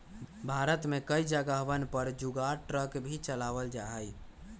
भारत में कई जगहवन पर जुगाड़ ट्रक भी चलावल जाहई